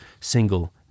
single